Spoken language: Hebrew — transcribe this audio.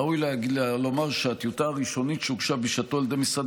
ראוי לומר שהטיוטה הראשונית שהוגשה בשעתו על ידי משרד